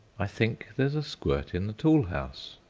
i think there's a squirt in the tool-house.